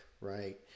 right